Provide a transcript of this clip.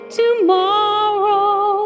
tomorrow